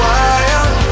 Wild